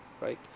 right